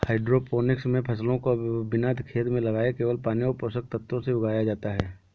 hydroponics मे फसलों को बिना खेत में लगाए केवल पानी और पोषक तत्वों से उगाया जाता है